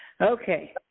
Okay